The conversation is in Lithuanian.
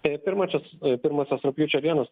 tai pirmosios pirmosios rugpjūčio dienos